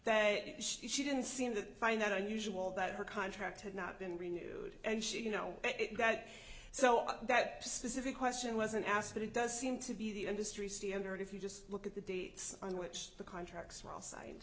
that she didn't seem to find that unusual that her contract had not been renewed and she you know it got so out that specific question wasn't asked but it does seem to be the industry standard if you just look at the dates on which the contracts were all s